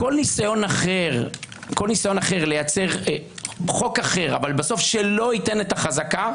כל ניסיון אחר ליצור חוק אחר אבל שלא ייתן בסוף את החזקה